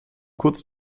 kurz